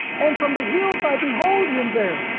and from the hills i behold him there!